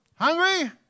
Hungry